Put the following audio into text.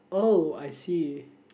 oh I see